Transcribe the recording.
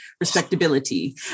Respectability